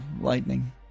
lightning